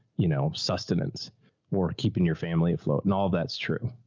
you know, sustenance or keeping your family afloat and all of that's true,